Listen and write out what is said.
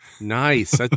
nice